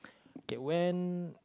K when